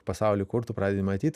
pasaulį kurt tu pradedi matyt